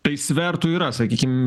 tai svertų yra sakykim